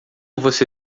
você